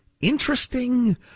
interesting